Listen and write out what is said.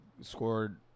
scored